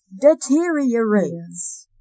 deteriorates